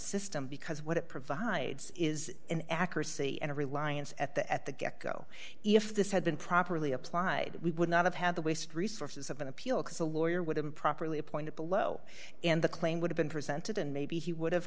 system because what it provides is an accuracy and a reliance at the at the get go if this had been properly applied we would not have had the waste resources of an appeal because a lawyer would improperly appoint a blow and the claim would have been presented and maybe he would have